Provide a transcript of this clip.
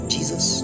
Jesus